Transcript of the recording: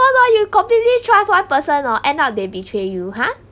what about you completely trust one person oh end up they betray you ha